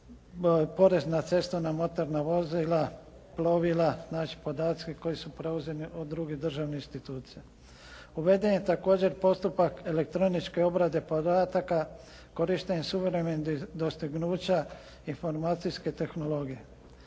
porez na cestovna motorna vozila, plovila, znači podaci koji su preuzeti od drugih državnih institucija. Uveden je također postupak elektroničke obrade podataka, korištenje suvremenih dostignuća informacijske tehnologije,